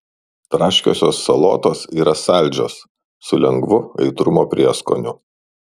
traškiosios salotos yra saldžios su lengvu aitrumo prieskoniu